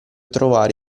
trovare